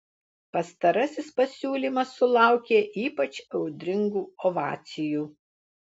pastarasis pasiūlymas sulaukė ypač audringų ovacijų